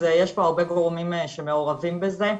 יש פה הרבה גורמים שמעורבים בזה.